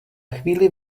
chvíli